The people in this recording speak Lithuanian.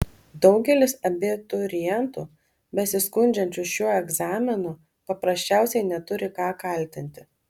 daugelis abiturientų besiskundžiančių šiuo egzaminu paprasčiausiai neturi ką kaltinti